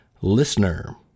LISTENER